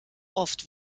oft